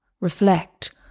reflect